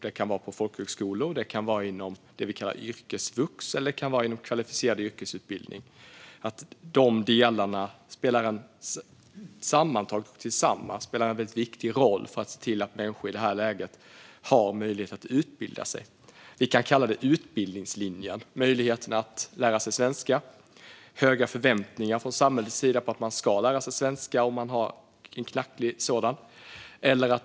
Det kan vara på folkhögskolor. Det kan vara inom det vi kallar yrkesvux. Det kan vara inom kvalificerad yrkesutbildning. De delarna spelar tillsammans en väldigt viktig roll när det gäller att se till att människor i detta läge har möjlighet att utbilda sig. Vi kan kalla det utbildningslinjen. Det handlar om möjligheten att lära sig svenska. Det finns höga förväntningar från samhällets sida på att man ska lära sig svenska om man har en knackig sådan.